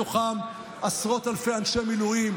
בתוכם עשרות אלפי אנשי מילואים,